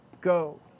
Go